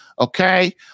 Okay